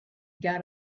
got